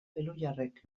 elhuyarrek